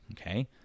Okay